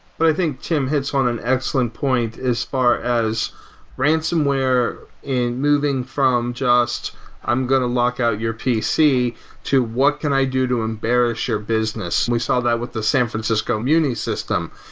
but i think tim has won an excellent point as far as ransomware in moving from just i'm going to lock out your pc to what can i do to embarrass your business. we saw that with the san francisco community system.